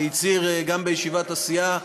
הצהיר גם בישיבת הסיעה,